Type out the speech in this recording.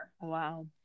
wow